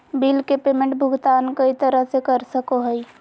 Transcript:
bill के payment भुगतान कई तरह से कर सको हइ